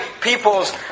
people's